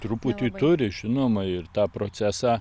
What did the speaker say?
truputį turi žinoma ir tą procesą